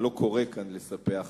ואני לא קורא כאן לספח,